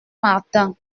martin